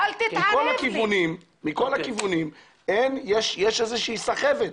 מכל הכיוונים יש איזושהי סחבת.